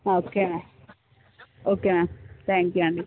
okay ma'am okay ma'am thank you అండి